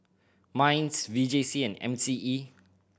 MINDS V J C and M C E